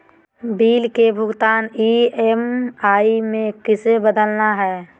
Bill के भुगतान EMI में किसी बदलना है?